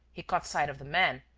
he caught sight of the man,